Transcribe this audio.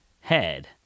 head